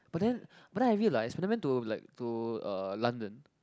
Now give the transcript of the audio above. but then but then I realised when I went to like to uh London